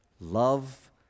Love